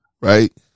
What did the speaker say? Right